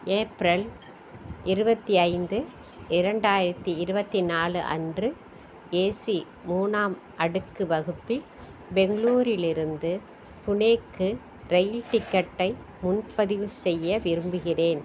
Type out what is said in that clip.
April இருபத்தி ஐந்து இரண்டாயிரத்தி இருபத்தி நாலு அன்று ஏசி மூணாம் அடுக்கு வகுப்பில் பெங்களூரிலிருந்து புனேக்கு ரயில் டிக்கெட்டை முன்பதிவு செய்ய விரும்புகிறேன்